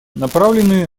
направленные